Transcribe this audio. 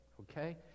okay